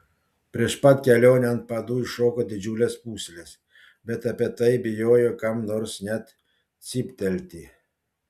prieš pat kelionę ant padų iššoko didžiulės pūslės bet apie tai bijojau kam nors net cyptelti